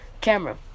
camera